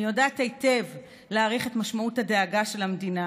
אני יודעת היטב להעריך את משמעות הדאגה של המדינה